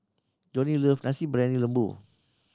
Johnnie love Nasi Briyani Lembu